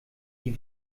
die